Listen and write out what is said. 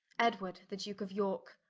edward the duke of yorke,